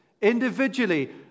individually